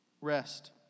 Rest